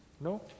No